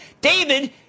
David